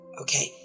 Okay